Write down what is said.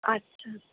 আচ্ছা